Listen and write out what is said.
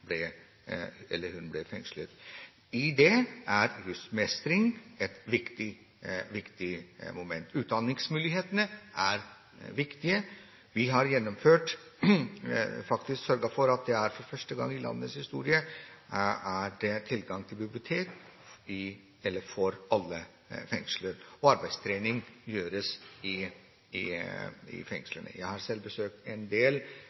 eller hun ble fengslet. I det er rusmestring et viktig moment. Utdanningsmulighetene er viktige. Vi har gjennomført og faktisk sørget for at det for første gang i landets historie er tilgang til bibliotek for alle fengsler, og at arbeidstrening gjøres i fengslene. Jeg har selv besøkt en del